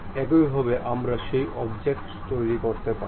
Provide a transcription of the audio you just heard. এইভাবে আমরা সেই অবজেক্টটি তৈরি করতে পারি